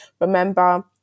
remember